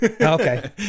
Okay